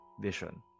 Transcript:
Vision